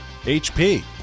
HP